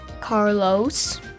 Carlos